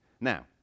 Now